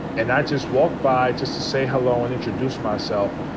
and i just walked by just to say hello and introduce myself.